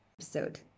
episode